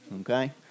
Okay